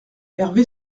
hervé